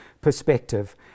perspective